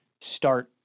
start